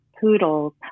poodles